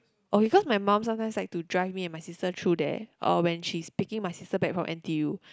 oh because my mum sometimes like to drive me and my sister through there oh when she's picking my sister back form N_T_U